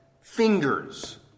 fingers